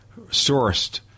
sourced